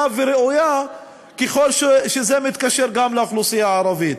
וראויה ככל שזה מתקשר לאוכלוסייה הערבית.